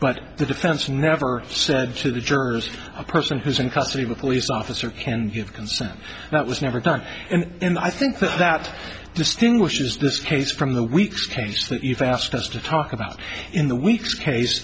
but the defense never said to the jurors a person who is in custody of a police officer can give consent that was never done and i think that that distinguishes this case from the weeks case that you've asked us to talk about in the weeks case